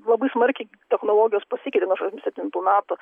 labai smarkiai technologijos pasikeitė nuo aštuoniasdešimt septintų metų